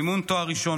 מימון תואר ראשון,